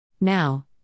Now